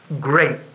great